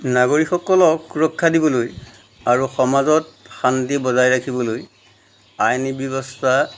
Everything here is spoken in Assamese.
নাগৰিকসকলক সুৰক্ষা দিবলৈ আৰু সমাজত শান্তি বজাই ৰাখিবলৈ আইনী ব্যৱস্থা